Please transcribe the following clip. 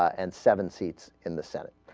and seven seats in the senate